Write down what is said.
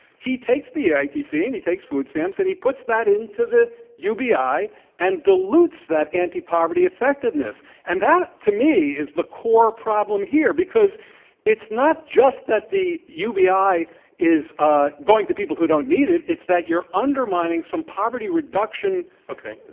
he takes the eitc and he takes food stamps and he puts that into the ubi and dilutes that anti-poverty effectiveness, and that to me is the core problem here, because it's not just that the ubi is ah going to people who don't need it, it's that you're undermining some poverty reduction okay.